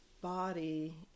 body